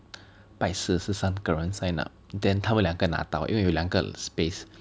拜四是三个人 sign up then 他们两个拿到因为有两个 space